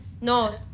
No